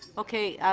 okay.